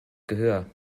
gehör